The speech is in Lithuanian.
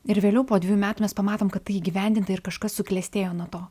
ir vėliau po dvejų metų mes pamatom kad tai įgyvendinta ir kažkas suklestėjo nuo to